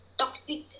toxic